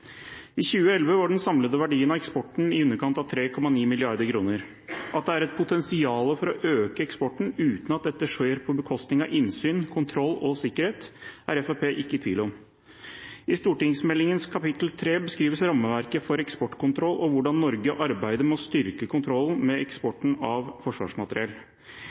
I 2011 var den samlede verdien av eksporten i underkant av 3,9 mrd. kr. At det er et potensial for å øke eksporten uten at dette skjer på bekostning av innsyn, kontroll og sikkerhet, er Fremskrittspartiet ikke i tvil om. I stortingsmeldingens kapittel 3 beskrives rammeverket for eksportkontroll og hvordan Norge arbeider med å styrke kontrollen med eksport av forsvarsmateriell.